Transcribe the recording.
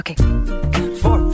Okay